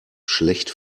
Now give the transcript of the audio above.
schlecht